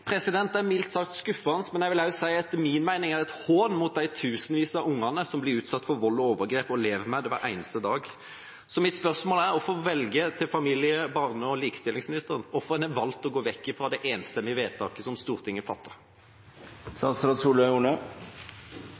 Det er mildt sagt skuffende. Men jeg vil også si at det er en hån mot de tusenvis av ungene som blir utsatt for vold og overgrep, og som lever med det hver eneste dag. Mitt spørsmål går til barne- og likestillingsministeren: Hvorfor har en valgt å gå vekk fra det enstemmige vedtaket som Stortinget